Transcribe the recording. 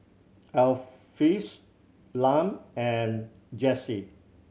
Alpheus Lum and Jesse